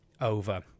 over